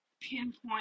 pinpoint